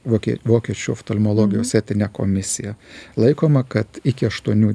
vokie vokiečių oftalmologijos etine komisija laikoma kad iki aštuonių